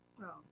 no